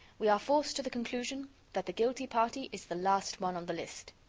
we are forced to the conclusion that the guilty party is the last one on the list.